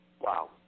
Wow